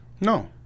no